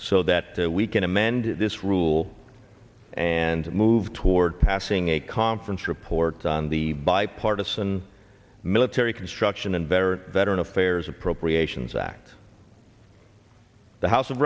so that we can amend this rule and move toward passing a conference report on the bipartisan military construction and veteran veteran affairs appropriations act the house of